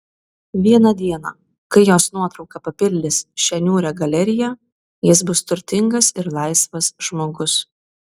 vieną dieną kai jos nuotrauka papildys šią niūrią galeriją jis bus turtingas ir laisvas žmogus